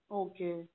okay